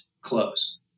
close